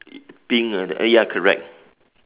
pink ya correct